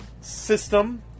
system